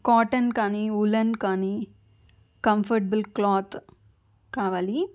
cotton కానీ woollen కానీ comfortable cloth కావాలి